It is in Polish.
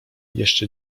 jeszcze